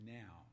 now